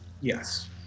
Yes